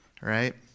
Right